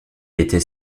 était